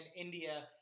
India